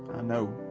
i know,